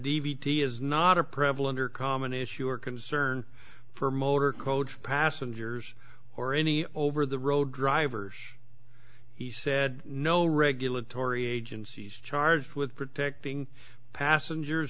d is not a prevalent or common issue or concern for motor coach passengers or any over the road drivers he said no regulatory agencies charged with protecting passengers